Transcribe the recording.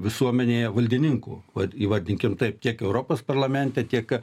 visuomenėje valdininkų vat įvadinkim taip tiek europos parlamente tiek